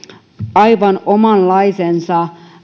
aivan omanlaisensa